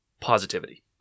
positivity